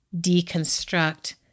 deconstruct